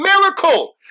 miracle